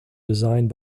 designed